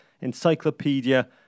Encyclopedia